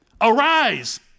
Arise